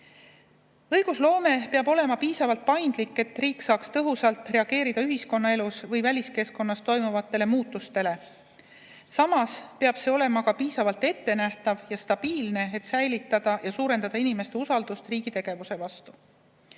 peab olema piisavalt paindlik, et riik saaks tõhusalt reageerida ühiskonnaelus või väliskeskkonnas toimuvatele muutustele. Samas peab see olema piisavalt ettenähtav ja stabiilne, et säilitada ja suurendada inimeste usaldust riigi tegevuse vastu.